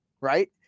Right